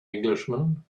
englishman